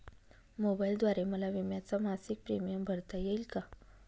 मोबाईलद्वारे मला विम्याचा मासिक प्रीमियम भरता येईल का?